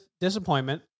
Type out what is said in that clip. disappointment